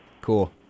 Cool